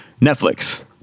Netflix